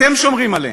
אתם שומרים עליהם.